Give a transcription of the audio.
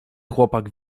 chłopak